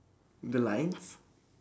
the lines